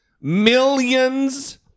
millions